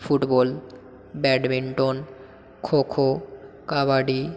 football badminton kho kho kabaddi